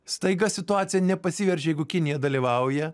staiga situacija nepasiveržia jeigu kinija dalyvauja